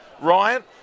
Ryan